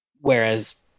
Whereas